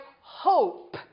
hope